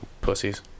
pussies